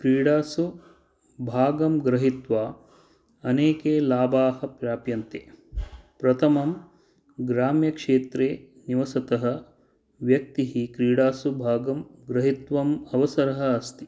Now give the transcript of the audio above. क्रीडासु भागं गृहित्वा अनेके लाभाः प्राप्यन्ते प्रथमं ग्राम्यक्षेत्रे निवसतः व्यक्तिः क्रीडासु भागं गृहीतुम् अवसरः अस्ति